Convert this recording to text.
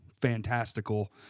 fantastical